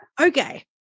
okay